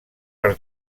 per